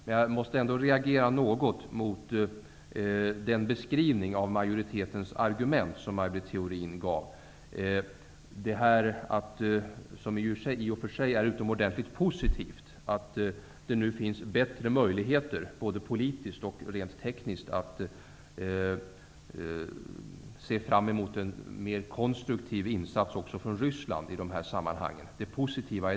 Men jag måste ändå reagera något mot den beskrivning av majoritetens argument som Maj Det är i och för sig utomordentligt positivt att det nu finns bättre möjligheter både politiskt och rent tekniskt, och man kan i dessa sammanhang se fram emot en mer konstruktiv insats också från Ryssland. Det är positivt.